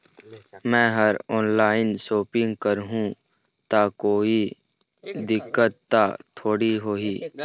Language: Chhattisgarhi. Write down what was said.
मैं हर ऑनलाइन शॉपिंग करू ता कोई दिक्कत त थोड़ी होही?